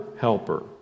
helper